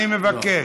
אני מבקש.